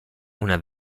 una